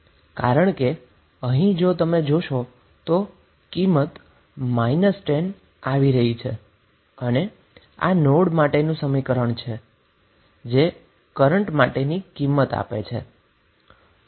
કારણ કે અહીં જો તમે જોશો તો વેલ્યુ 10 આવી રહી છે અને કારણ કે આ નોડ માટેનું સમીકરણ છે અને કરન્ટ માટેની વેલ્યુ રજૂ કરે છે